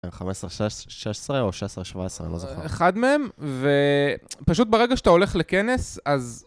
15-16 או 16-17 אני לא זוכר. אחד מהם, ופשוט ברגע שאתה הולך לכנס, אז...